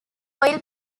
oil